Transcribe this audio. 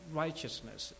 righteousness